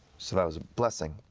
so that was a blessing.